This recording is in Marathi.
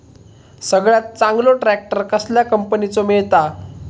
सगळ्यात चांगलो ट्रॅक्टर कसल्या कंपनीचो मिळता?